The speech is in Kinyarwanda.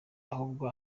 ahubwo